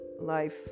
life